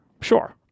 Sure